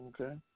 okay